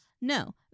No